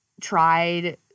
tried